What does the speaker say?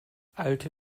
alte